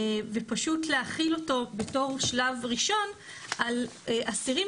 ופשוט להחיל אותו בתור שלב ראשון על אסירים